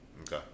Okay